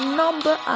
number